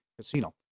Casino